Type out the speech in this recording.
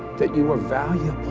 that you are valuable.